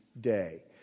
day